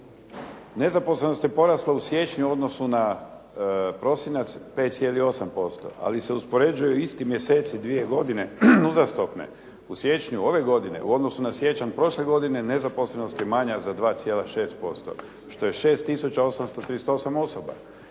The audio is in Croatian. Nezaposlenost je porasla u siječnju u odnosu na prosinac 5,8%, ali uspoređuju isti mjeseci dvije godine uzastopne, u siječnju ove godine u odnosu na siječanj prošle godine, nezaposlenost je manja za 2,6&, što je 6 tisuća 838 osoba.